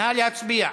נא להצביע.